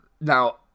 Now